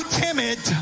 timid